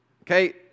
okay